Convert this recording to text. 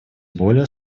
более